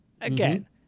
Again